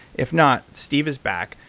if not, steve is back.